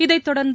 இதைத்தொடர்ந்து